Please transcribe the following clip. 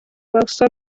welsom